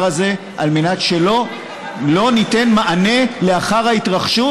הזה על מנת שלא ניתן מענה לאחר ההתרחשות.